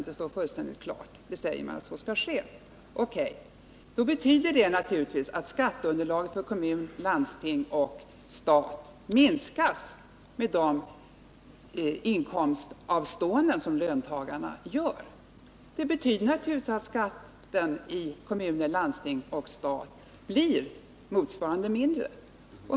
Det står fullständigt klart. Det skall ske, säger man. Då betyder det naturligtvis att skatteunderlaget för kommuner, landsting och stat minskas med de inkomstavståenden som löntagarna gör. Det innebär att skatten i kommuner, landsting och stat blir motsvarande mindre.